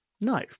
no